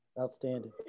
Outstanding